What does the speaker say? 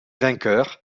vainqueur